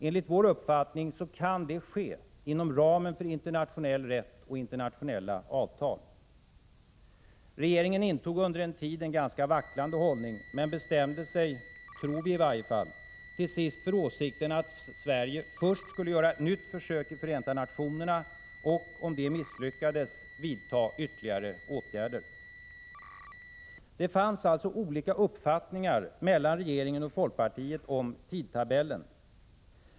Enligt vår uppfattning kan det ske inom ramen för internationell rätt och internationella avtal. Regeringen intog under en tid en ganska vacklande hållning men bestämde sigtror vi i varje fall — till sist för åsikten att Sverige först skulle göra ett nytt försök i FN och om det misslyckades vidta ytterligare åtgärder. Det finns alltså olika uppfattningar mellan regeringen och folkpartiet om tidtabellen.